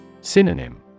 Synonym